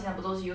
mm